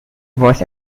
was